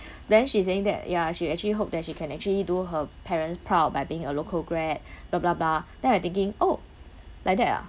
then she saying that ya she actually hope that she can actually do her parents proud by being a local grad blah blah blah then I'm thinking oh like that ah